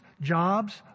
jobs